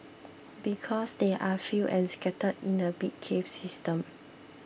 because they are few and scattered in a big cave system